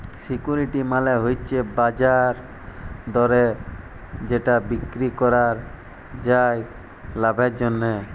security মালে হচ্যে বাজার দরে যেটা বিক্রি করাক যায় লাভের জন্যহে